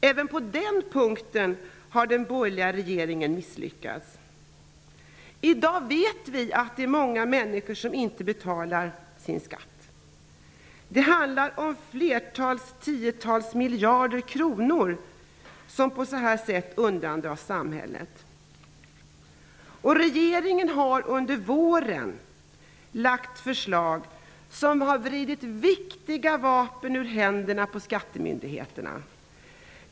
Även på den punkten har den borgerliga regeringen misslyckats. I dag vet vi att många människor inte betalar sin skatt. Det handlar om flera tiotals miljarder kronor som på detta sätt undandras samhället. Regeringen har under våren lagt fram förslag som har vridit viktiga vapen ur händerna på skattemyndigheterna.